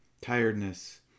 tiredness